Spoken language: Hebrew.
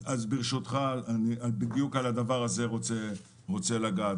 אז, ברשותך, בדיוק בדבר הזה אני רוצה לגעת.